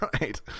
right